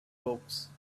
books